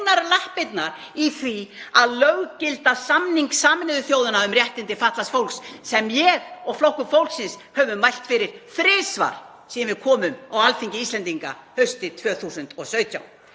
lappirnar í því að löggilda samning Sameinuðu þjóðanna um réttindi fatlaðs fólks sem ég og Flokkur fólksins höfum mælt fyrir þrisvar síðan við komum á Alþingi Íslendinga haustið 2017.